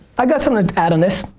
i got something to add on this.